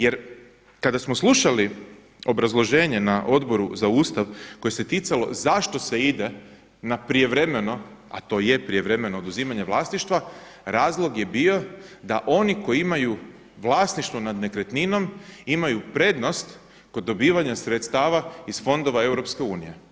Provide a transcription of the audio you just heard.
Jer kada smo slušali obrazloženje na Odboru za Ustav koje se ticalo zašto se ide na prijevremeno a to i je prijevremeno oduzimanje vlasništva, razlog je bio da oni koji imaju vlasništvo nad nekretninom imaju prednost kod dobivanja sredstava iz fondova EU.